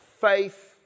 faith